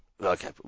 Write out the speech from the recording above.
Okay